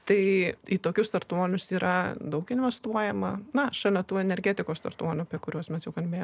tai į tokius startuolius yra daug investuojama na šalia tų energetikos startuolių apie kuriuos mes jau kalbėti